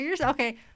okay